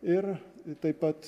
ir taip pat